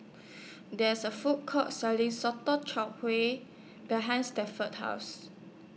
There IS A Food Court Selling Sotong Char Kway behind Stanford's House